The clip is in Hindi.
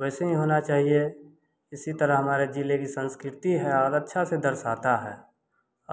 वैसे ही होना चाहिए इसी तरह हमारे जिले की संस्कृति है और अच्छा से दर्शाता है